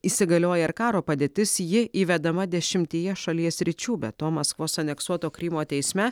įsigalioja ir karo padėtis ji įvedama dešimtyje šalies sričių be to maskvos aneksuoto krymo teisme